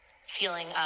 feeling